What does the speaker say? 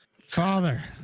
Father